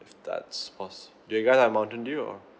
if that's poss~ do you guys have mountain dew or